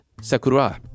Sakura